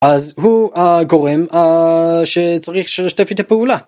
אז הוא הגורם שצריך שלשתף איתו פעולה.